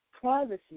privacy